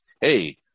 hey